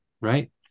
right